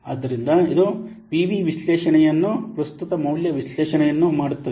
ಆದ್ದರಿಂದ ಇದು ಪಿವಿ ವಿಶ್ಲೇಷಣೆಯನ್ನು ಪ್ರಸ್ತುತ ಮೌಲ್ಯ ವಿಶ್ಲೇಷಣೆಯನ್ನು ಮಾಡುತ್ತದೆ